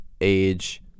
age